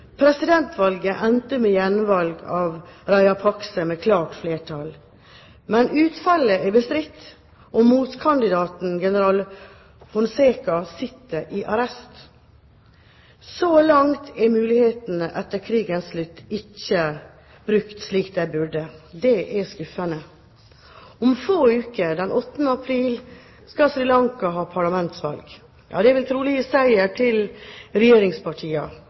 Presidentvalget endte med gjenvalg av Rajapakse med klart flertall, men utfallet er bestridt, og motkandidaten, general Fonseka, sitter i arrest. Så langt er mulighetene etter krigens slutt ikke brukt slik de burde. Det er skuffende. Om få uker, den 8. april, skal Sri Lanka ha parlamentsvalg. Det vil trolig gi seier til